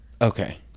Okay